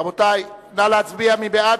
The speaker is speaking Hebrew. רבותי, נא להצביע, מי בעד?